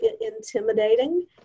intimidating